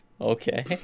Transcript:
Okay